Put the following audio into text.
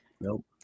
Nope